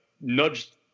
nudged